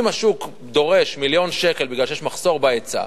אם השוק דורש מיליון שקלים מפני שיש מחסור בהיצע,